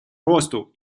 росту